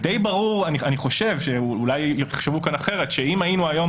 אני חושב שדי ברור אולי יחשבו כאן אחרת - שאם היינו היום